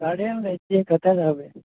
घरेमे रहय छियै कतऽ रहबय